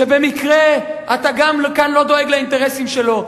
שבמקרה אתה גם כאן לא דואג לאינטרסים שלו,